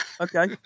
okay